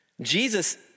Jesus